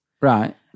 Right